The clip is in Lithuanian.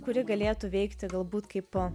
kuri galėtų veikti galbūt kaip